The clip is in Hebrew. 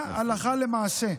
אלא הלכה למעשה.